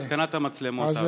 בהתקנת המצלמות, אבי.